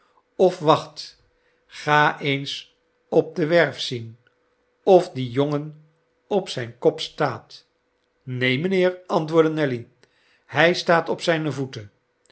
of wacht ga eens op de werf zien of die jongen op zijn kop staat neen mijnheer antwoordde nelly hij staat op zijne voeten